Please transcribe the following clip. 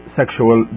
sexual